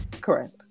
correct